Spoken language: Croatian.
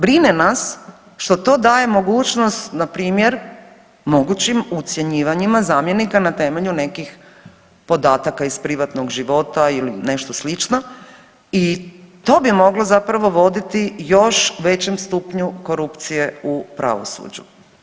Brine nas što to daje mogućnost na primjer mogućim ucjenjivanjima zamjenika na temelju nekih podataka iz privatnog života ili nešto slično i to bi moglo zapravo voditi još većem stupnju korupcije u pravosuđu.